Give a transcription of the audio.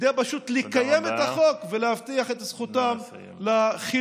פשוט כדי לקיים את החוק ולהבטיח את זכותם לחינוך